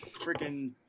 freaking